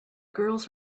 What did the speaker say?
girls